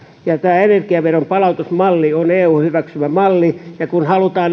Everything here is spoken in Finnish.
ja tämä energiaveron palautusmalli on eun hyväksymä malli kun halutaan